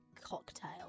cocktail